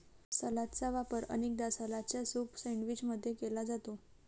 सलादचा वापर अनेकदा सलादच्या सूप सैंडविच मध्ये केला जाते